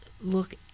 look